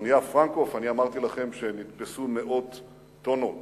באונייה "פרנקופ" אני אמרתי לכם שנתפסו מאות טונות